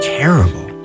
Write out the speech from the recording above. terrible